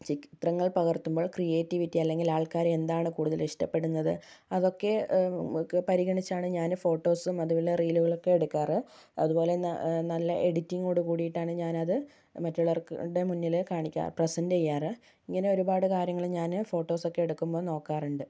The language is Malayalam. ചിത്രങ്ങൾ പകർത്തുമ്പോൾ ക്രിയേറ്റിവിറ്റി അല്ലെങ്കിൽ ആൾക്കാർ എന്താണ് കൂടുതലിഷ്ടപ്പെടുന്നത് അതൊക്കെ പരിഗണിച്ചാണ് ഞാനും ഫോട്ടോസും അതുപോലെ റീലുകളൊക്കെ എടുക്കാറ് അതുപോലെ നല്ല എഡിറ്റിങ്ങോട് കൂടിയായിട്ടാണ് ഞാനത് മറ്റുള്ളവരുടെ മുന്നിൽ പ്രസന്റ് ചെയ്യാറ് ഇങ്ങനെ ഒരുപാട് കാര്യങ്ങൾ ഞാൻ ഫോട്ടോസ് ഒക്കെ എടുക്കുമ്പോൾ നോക്കാറുണ്ട്